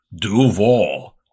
Duval